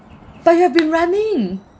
but you have been running